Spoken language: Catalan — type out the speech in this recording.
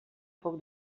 puc